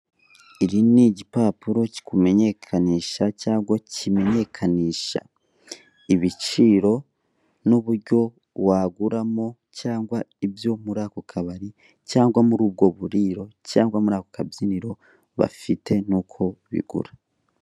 Iri ni igipapuro kikumenyekanisha cyangwa kimenyekanisha ibiciro n'uburyo waguramo cyangwa ibyo muri ako kabari cyangwa muri ubwo buririro cyangwa muri ako kabyiniro bafite n'uko bigura.